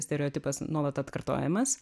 stereotipas nuolat atkartojamas